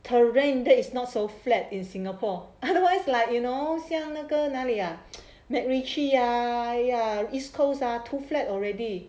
terrain that is not so flat in singapore otherwise like you know 像那个哪里 ah macritchie ah ya east coast are too flat already